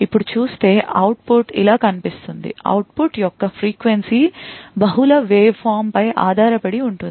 ఇప్పుడు చూస్తే output ఇలా కనిపిస్తుంది అవుట్ పుట్ యొక్క ఫ్రీక్వెన్సీ బహుళ waveform పై ఆధారపడి ఉంటుంది